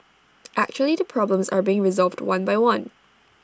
actually the problems are being resolved one by one